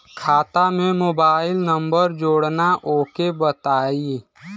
खाता में mobile number जोड़ना ओके बताई?